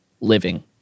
living